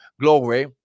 glory